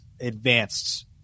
advanced